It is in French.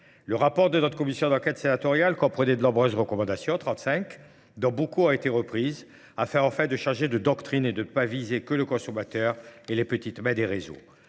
Le rapport de notre commission d'enquête sénatoriale comprenait de nombreuses recommandations, 35, dont beaucoup ont été reprises, afin en fait de changer de doctrine et de ne pas viser que le consommateur et les petites mains des réseaux.